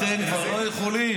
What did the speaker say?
אתם כבר לא יכולים.